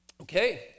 okay